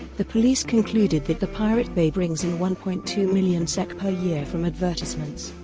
the police concluded that the pirate bay brings in one point two million sek per year from advertisements.